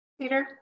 Peter